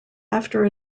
after